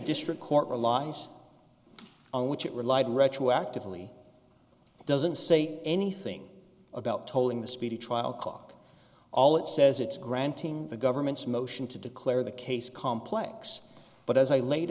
district court relies on which it relied retroactively it doesn't say anything about tolling the speedy trial clock all it says it's granting the government's motion to declare the case complex but as i laid